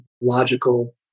logical